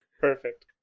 Perfect